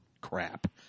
crap